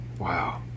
Wow